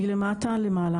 מלמעלה למטה.